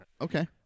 Okay